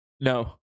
No